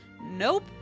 Nope